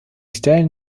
stellen